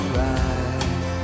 right